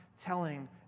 telling